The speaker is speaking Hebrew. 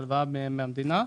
הלוואה מהמדינה.